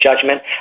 judgment